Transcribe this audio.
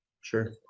Sure